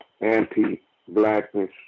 anti-blackness